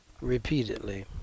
repeatedly